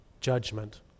judgment